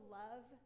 love